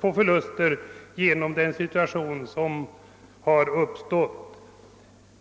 förluster genom den situation som uppstått.